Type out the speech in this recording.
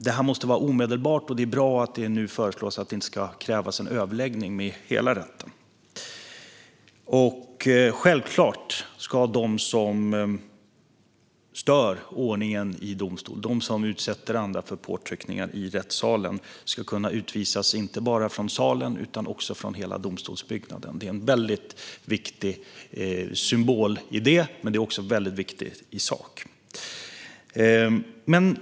Det här måste vara omedelbart. Det är bra att det nu föreslås att det inte ska krävas en överläggning med hela rätten. Självklart ska de som stör ordningen i domstolen och utsätter andra för påtryckningar i rättssalen kunna utvisas inte bara från salen utan också från hela domstolsbyggnaden. Det finns en väldigt viktig symbol i det, men det är också väldigt viktigt i sak.